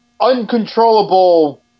uncontrollable